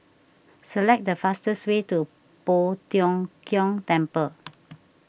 select the fastest way to Poh Tiong Kiong Temple